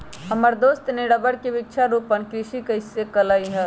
हमर दोस्त ने रबर के वृक्षारोपण कृषि कईले हई